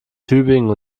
tübingen